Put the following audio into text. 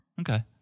Okay